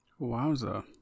wowza